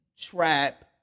Trap